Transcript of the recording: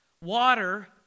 water